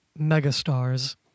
megastars